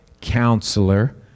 Counselor